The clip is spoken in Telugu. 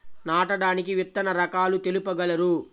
నాటడానికి విత్తన రకాలు తెలుపగలరు?